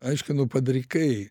aiškinu padrikai